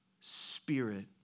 Spirit